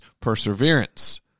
perseverance